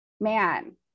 man